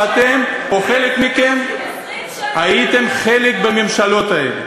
ואתם, או חלק מכם, הייתם חלק בממשלות האלה.